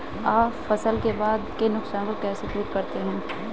आप फसल के बाद के नुकसान को कैसे दूर करते हैं?